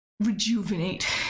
rejuvenate